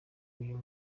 uyu